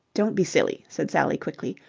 don't be silly, said sally quickly.